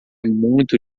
muito